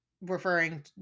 referring